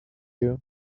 you